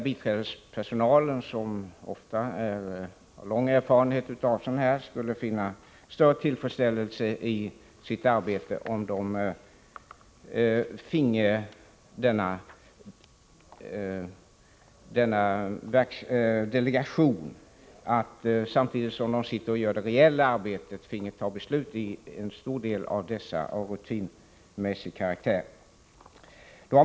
Biträdespersonalen, som ofta har lång erfarenhet av sådana ärenden, skulle finna större tillfredsställelsei sitt arbete om de fick delegation att utöver det reella arbete som de utför fatta beslut i en stor del av dessa ärenden av rutinmässig karaktär.